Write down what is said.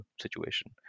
situation